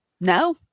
no